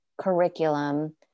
curriculum